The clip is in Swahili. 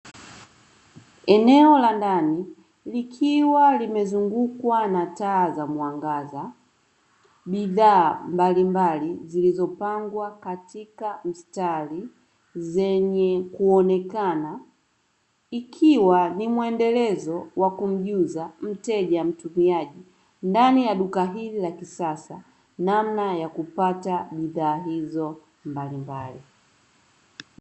Eneo la ndani likiwa limezungukwa na taa za mwangaza, bidhaa mbalimbali zilizopangwa katika mstari, zenye kuonekana. Ikiwa ni mwendelezo wa kumjuza mteja, mtumiaji ndani ya duka hili la kisasa namna ya kupata bidhaa hizo mbalimbali.